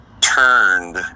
turned